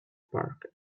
park